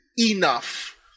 enough